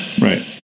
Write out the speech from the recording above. right